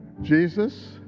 Jesus